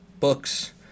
books